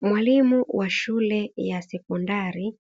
Mwalimu wa shule ya sekondari